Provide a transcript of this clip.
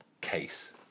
case